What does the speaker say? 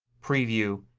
preview,